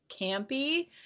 campy